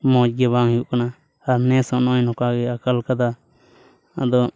ᱢᱚᱡᱽ ᱜᱮ ᱵᱟᱝ ᱦᱩᱭᱩᱜ ᱠᱟᱱᱟ ᱟᱨ ᱱᱮᱥ ᱦᱚᱸ ᱱᱚᱜᱼᱚᱭ ᱱᱚᱝᱠᱟ ᱜᱮ ᱟᱠᱟᱞ ᱠᱟᱫᱟ ᱟᱫᱚ